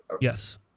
Yes